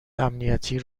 امنیتی